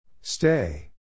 Stay